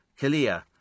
Kalia